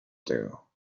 tego